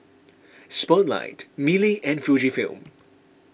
Spotlight Mili and Fujifilm